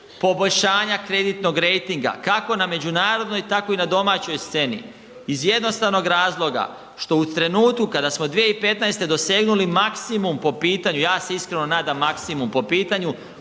poboljšanja kreditnog rejtinga, kako na međunarodnoj, tako i na domaćoj sceni iz jednostavnog razloga što u trenutku kada smo 2015. dosegnuli maksimum po pitanju, ja se iskreno nadam maksimum po pitanju